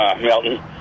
Melton